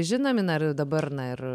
žinomi na ir dabar na ir